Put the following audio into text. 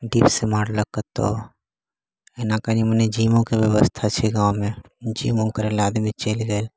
dips मारलहुँ कतहुँ एना कनि मनि जीमोके व्यवस्था छै एहि गाममे जीमो करै ला आदमी चलि गेल